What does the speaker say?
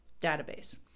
database